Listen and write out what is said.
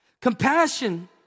Compassion